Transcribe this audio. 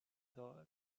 thought